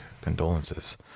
Condolences